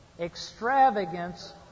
Extravagance